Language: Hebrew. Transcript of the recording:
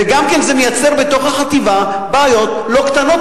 וגם כן זה מייצר בתוך החטיבה בעיות לא קטנות,